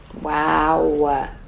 Wow